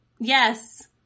Yes